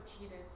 cheated